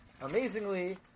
amazingly